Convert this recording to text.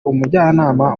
umujyanama